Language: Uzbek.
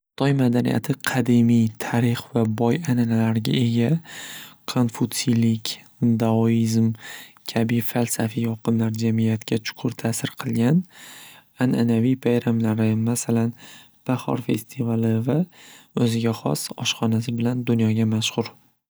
Xitoy madaniyati qadimiy tarix va boy an'analarga ega konfutsiylik kabi falsafiy oqimlar jamiyatga chuqur ta'sir qilgan an'anaviy bayramlari masalan bahor festivali va o'ziga hos oshxonasi bilan dunyoga mashxur.